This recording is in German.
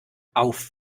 auf